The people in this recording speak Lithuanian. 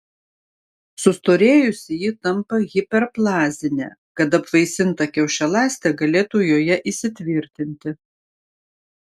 sustorėjusi ji tampa hiperplazinė kad apvaisinta kiaušialąstė galėtų joje įsitvirtinti